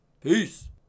Peace